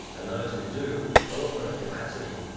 and those who do are often at capacity.